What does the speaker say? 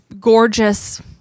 gorgeous